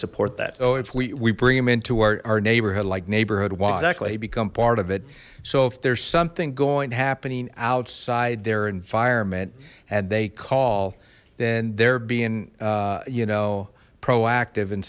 support that oh if we bring him into our neighborhood like neighborhood was actually become part of it so if there's something going happening outside their environment and they call then they're being you know proactive